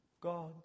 God